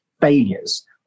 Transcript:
failures